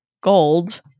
gold